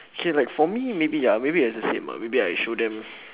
okay like for me maybe ya maybe it's the same ah maybe I show them